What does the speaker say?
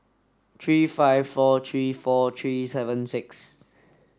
three five four three four three seven six